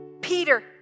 Peter